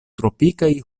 tropikaj